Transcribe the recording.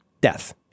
death